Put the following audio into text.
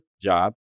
job